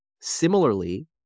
similarly